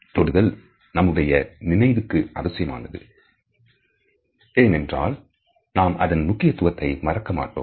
தொடுதல் நம்முடைய நினைவுக்கு அவசியமானது ஏனென்றால் நாம் அதன் முக்கியத்துவத்தை மறக்க மாட்டோம்